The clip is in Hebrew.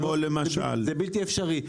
זה בלתי אפשרי.